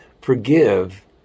forgive